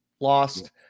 lost